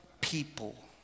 people